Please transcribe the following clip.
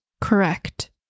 Correct